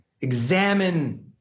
examine